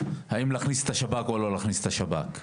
האם להכניס את השב"כ או לא להכניס את השב"כ.